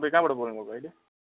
तपाईँ कहाँबाट बोल्नुभएको अहिले